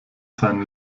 seinen